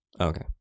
Okay